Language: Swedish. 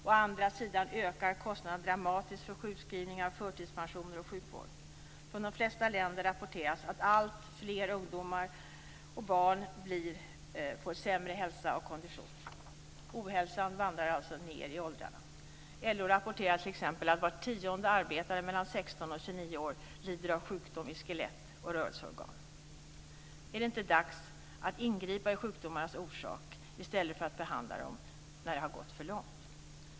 Å andra sidan ökar kostnaderna dramatiskt för sjukskrivningar, förtidspensioner och sjukvård. Från de flesta länder rapporteras att allt fler ungdomar och barn får sämre hälsa och kondition. Ohälsan vandrar alltså ned i åldrarna. LO rapporterar t.ex. att var tionde arbetare mellan 16 och 29 år lider av sjukdom i skelett och rörelseorgan. Är det inte dags att ingripa i sjukdomarnas orsak i stället för att behandla dem när det har gått för långt?